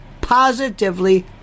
positively